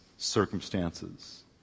circumstances